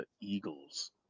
Eagles